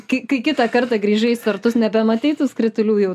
kai kai kitą kartą grįžai į sartus nebematei tų skritulių jau